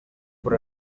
por